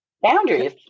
Boundaries